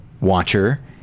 Watcher